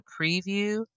preview